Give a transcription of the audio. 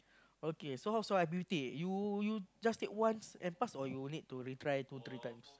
okay so how's I built it you you just take once and pass or you need to retry two three times